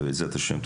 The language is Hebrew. ובעזרת השם,